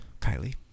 Kylie